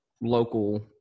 local